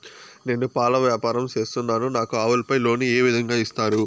నేను పాల వ్యాపారం సేస్తున్నాను, నాకు ఆవులపై లోను ఏ విధంగా ఇస్తారు